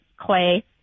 Clay